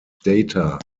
data